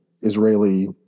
Israeli